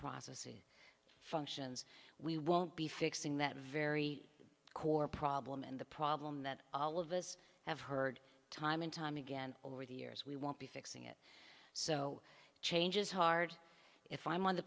processes functions we won't be fixing that very core problem and the problem that all of us have heard time and time again over the years we won't be fixing so change is hard if i'm on the